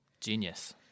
genius